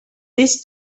this